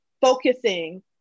focusing